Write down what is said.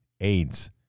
AIDS